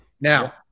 Now